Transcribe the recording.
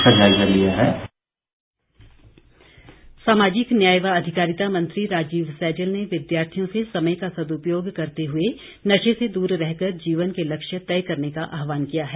सैजल सामाजिक न्याय व अधिकारिता मंत्री राजीव सैजल ने विद्यार्थियों से समय का सदुपयोग करते हुए नशे से दूर रहकर जीवन के लक्ष्य तय करने का आहवान किया है